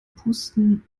pusten